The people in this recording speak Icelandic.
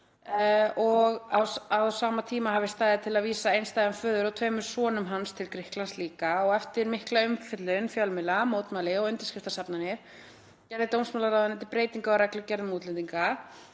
og á sama tíma stóð til að vísa einstæðum föður og tveimur sonur hans til Grikklands. Eftir mikla umfjöllun fjölmiðla, mótmæli og undirskriftasafnanir gerði dómsmálaráðuneytið breytingu á reglugerð um útlendinga